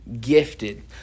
gifted